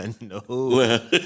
No